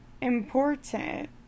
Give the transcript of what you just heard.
important